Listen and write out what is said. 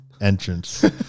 entrance